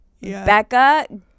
Becca